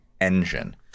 engine